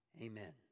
amen